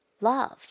love